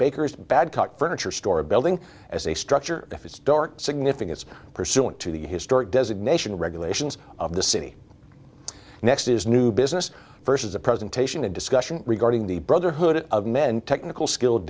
bakers badcock furniture store building as a structure if it's dark significance pursuant to the historic designation regulations of the city next is new business versus a presentation a discussion regarding the brotherhood of men technical skill